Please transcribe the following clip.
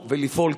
לפעול,